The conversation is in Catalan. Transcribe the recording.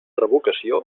revocació